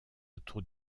autour